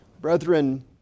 Brethren